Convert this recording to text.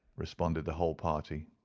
responded the whole party.